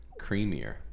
creamier